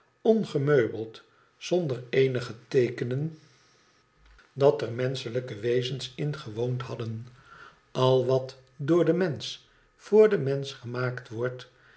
ongemeubeld zonder eenige teekenen dat er menschelijke wezens in gewoond hadden al wat door den mensch voor den mensch gemaakt wordt